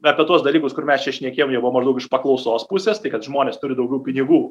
apie tuos dalykus kur mes čia šnekėjom jie buvo maždaug iš paklausos pusės tai kad žmonės turi daugiau pinigų